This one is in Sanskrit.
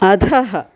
अधः